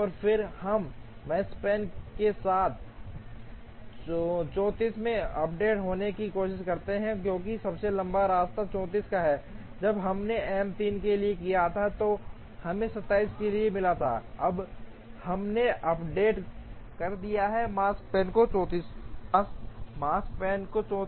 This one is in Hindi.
और फिर हम Makespan के साथ 34 में अपडेट होने की कोशिश करते हैं क्योंकि सबसे लंबा रास्ता 34 का है जब हमने M 3 के लिए किया था जो हमें 27 के लिए मिला था अब हमने अपडेट कर दिया है माकस्पन को 34